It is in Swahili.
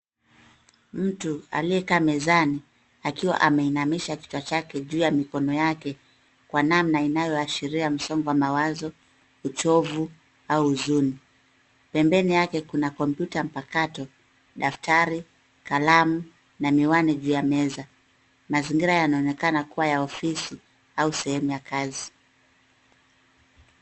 Mtu aliyekaa mezani, akiwa ameinamisha kichwa chake juu ya mikono, kwa namna inayoashiria msongo wa mawazo, uchovu au huzuni. Pembeni yake kuna kompyuta mpakato, daftari, kalamu na miwani Juu ya meza. Mazingira yanaonekana kuwa ya ofisi au sehemu ya kazi.